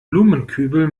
blumenkübel